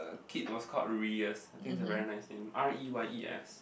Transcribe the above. kid was called Reyes I think is a very nice name R E Y E S